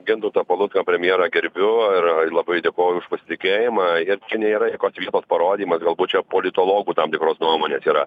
gintautą palucką premjerą gerbiu ir labai dėkoju už pasitikėjimą ir čia nėra jokios vietos parodymas galbūt čia politologų tam tikros nuomonės yra